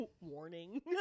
warning